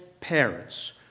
parents